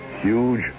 Huge